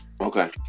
Okay